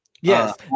yes